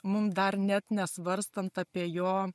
mum dar net nesvarstant apie jo